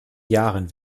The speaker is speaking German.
jahren